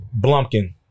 Blumpkin